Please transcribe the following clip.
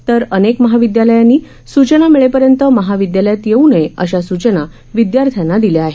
तर अनेक महाविद्यालयांनी सूचना मिळेपर्यंत महाविद्यालयात येऊ नये अशा सूचना विद्यार्थ्यांना दिल्या आहेत